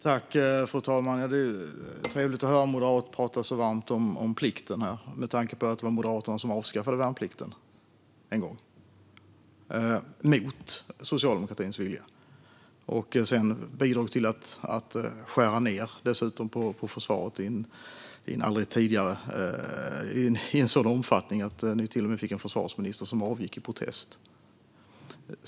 Fru talman! Det är trevligt att höra en moderat prata så varmt om plikten med tanke på att det var Moderaterna som en gång avskaffade värnplikten, mot socialdemokratins vilja, och sedan dessutom bidrog till att skära ned på försvaret i en sådan omfattning att ni till och med fick en försvarsminister som avgick i protest.